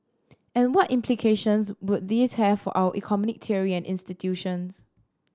and what implications would this have for our economic theory institutions